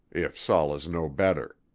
if saul is no better.